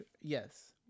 yes